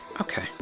Okay